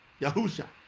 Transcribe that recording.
yahusha